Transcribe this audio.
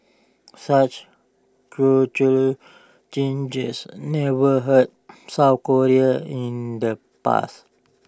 such cultural changes never hurt south Korea in the past